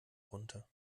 runter